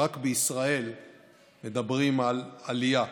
רק בישראל מדברים על עלייה.